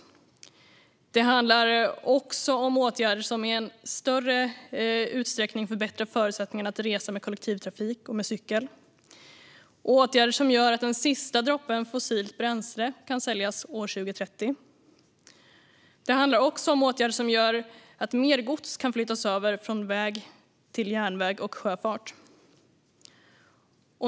Det handlar också om åtgärder som i en större utsträckning förbättrar förutsättningarna att resa med kollektivtrafik och cykel och åtgärder som gör att den sista droppen fossilt bränsle kan säljas år 2030. Det handlar därtill också om åtgärder som gör att mer gods kan flyttas över från väg till järnväg och sjöfart.